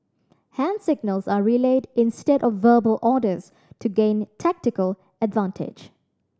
hand signals are relayed instead of verbal orders to gain tactical advantage